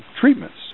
treatments